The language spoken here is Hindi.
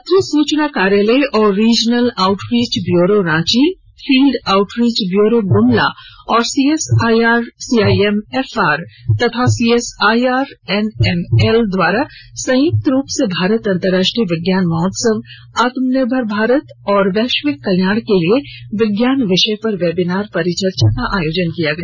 पत्र सूचना कार्यालय और regional outreach bureau Ranchi field outreach bureau Gumla और सीएसआईआर सीआईएमएफआर सीएसआईआर एनएमएल द्वारा संयुक्त रूप से भारत अंतरराष्ट्रीय विज्ञान महोत्सव आत्म निर्भर भारत तथा वैश्विक कल्याण के लिए विज्ञान विषय पर वेबिनार परिचर्चा का आयोजन किया गया